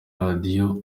radio